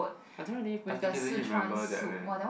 I don't really particularly remember that leh